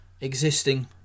existing